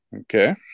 Okay